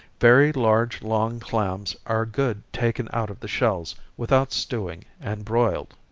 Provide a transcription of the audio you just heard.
very large long clams are good taken out of the shells without stewing, and broiled.